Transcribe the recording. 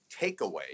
takeaway